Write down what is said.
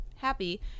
happy